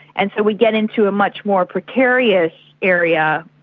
and so we get into a much more precarious area,